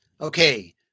okay